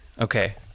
Okay